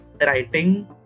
writing